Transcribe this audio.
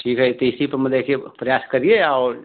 ठीक है एक ही तो मतलब एक ही प्रयास करिये और